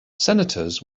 senators